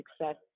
success